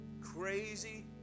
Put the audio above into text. crazy